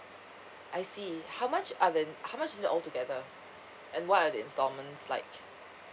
I see how much are then how much is it altogether and what are the installments like